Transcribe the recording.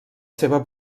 seva